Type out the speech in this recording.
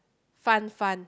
fun fun